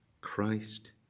Christ